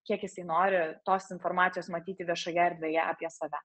kiek jisai nori tos informacijos matyti viešoje erdvėje apie save